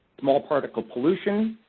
small particle pollution,